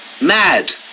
mad